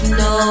no